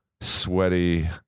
sweaty